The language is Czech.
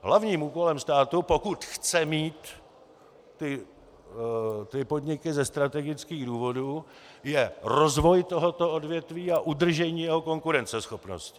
Hlavním úkolem státu, pokud chce mít ty podniky ze strategických důvodů, je rozvoj tohoto odvětví a udržení jeho konkurenceschopnosti.